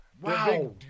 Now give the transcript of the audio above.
Wow